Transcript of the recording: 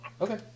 Okay